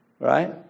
Right